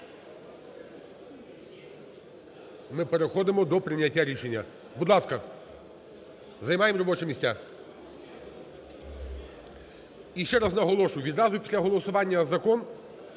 Ми переходимо до прийняття рішення. Будь ласка, займаємо робочі місця. І ще раз наголошую: відразу після голосування за